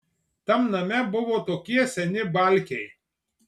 tam name buvo tokie seni balkiai